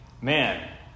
man